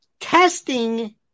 Testing